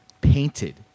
painted